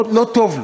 לא טוב לו.